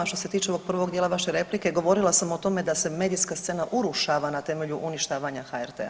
Što se tiče ovog prvog dijela vaše replike govorila sam o tome da se medijska scena urušava na temelju uništavanja HRT-a.